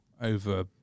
over